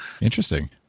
Interesting